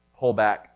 pullback